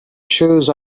choose